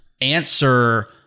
answer